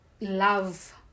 love